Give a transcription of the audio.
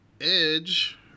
Edge